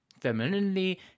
femininity